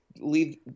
leave